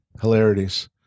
Hilarities